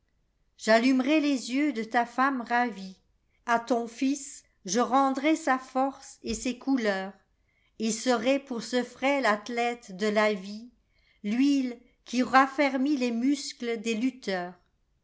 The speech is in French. j'allumerai les yeux de ta femme ravie a ton fils je rendrai sa force et ses couleurset serai pour ce frêle athlète de la viel'huile qui raffermit les muscles des lutteurs